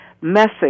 message